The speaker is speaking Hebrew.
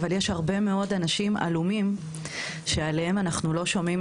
אבל יש הרבה מאוד אנשים עלומים שעליהם אנחנו לא שומעים.